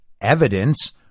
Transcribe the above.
evidence